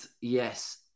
yes